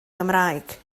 gymraeg